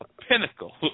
Pinnacle